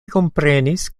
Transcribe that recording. komprenis